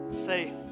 Say